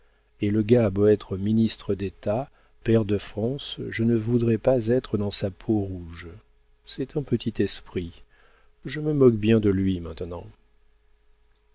et le gars a beau être ministre d'état pair de france je ne voudrais pas être dans sa peau rouge c'est un petit esprit je me moque bien de lui maintenant